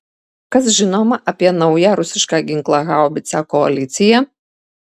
kas žinoma apie naują rusišką ginklą haubicą koalicija